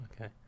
Okay